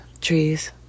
trees